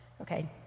okay